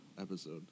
episode